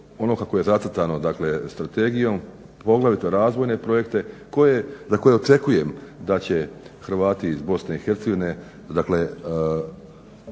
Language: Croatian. ono kako je zacrtano dakle strategijom, poglavito razvojne projekte za koje očekujem da će Hrvati iz Bosne i Hercegovine,